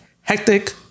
hectic